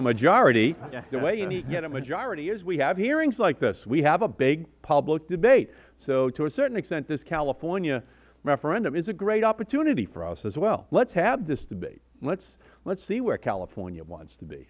a majority and the way you need to get a majority is we have hearings like this we have a big public debate so to a certain extent this california referendum is a great opportunity for us as well let's have this debate let's see where california wants to be